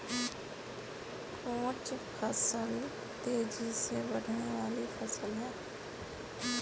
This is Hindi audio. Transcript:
कैच फसल तेजी से बढ़ने वाली फसल है